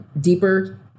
deeper